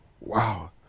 wow